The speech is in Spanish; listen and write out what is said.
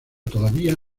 todavía